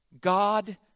God